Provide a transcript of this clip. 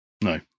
no